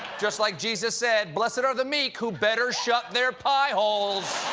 just like jesus said, blessed are the meek, who better shut their pie holes!